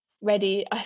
ready